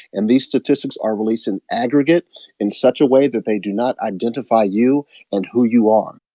and these statistics are released in aggregate in such a way that they do not identify you and who you are.